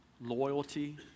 loyalty